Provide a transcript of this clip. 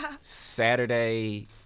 saturday